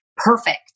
Perfect